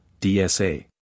DSA